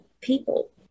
people